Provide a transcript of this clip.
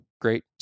great